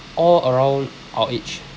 all around our age